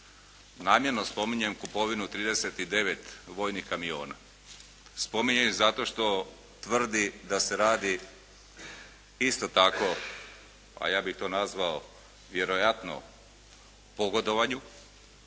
Namjerno spominjem kupovinu od 39 vojnih kamiona. Spominjem ih zato što tvrdi da se radi isto tako, a ja bih to nazvao vjerojatno pogodovanju,